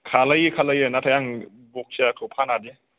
खालामो खालामो नाथाय आं बक्सियाखौ फानानो